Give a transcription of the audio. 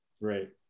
Right